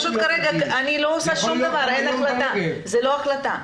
אני לא עושה שום דבר, זו לא החלטה.